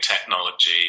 technology